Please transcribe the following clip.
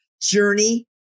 journey